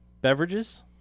beverages